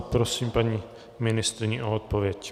Prosím paní ministryni o odpověď.